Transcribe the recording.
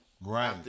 Right